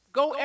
go